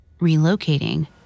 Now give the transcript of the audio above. relocating